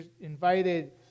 invited